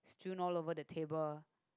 strewn all over the table